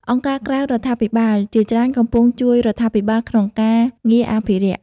អង្គការក្រៅរដ្ឋាភិបាលជាច្រើនកំពុងជួយរដ្ឋាភិបាលក្នុងការងារអភិរក្ស។